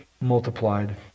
multiplied